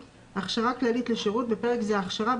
הכשרה כללית לשירות (בפרק זה הכשרה),